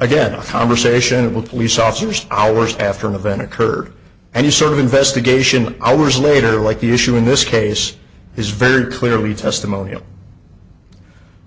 again a conversation with police officers hours after an event occurred and you sort of investigation hours later like the issue in this case is very clearly testimonial